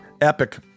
Epic